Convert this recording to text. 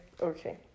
okay